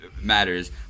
matters